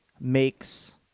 makes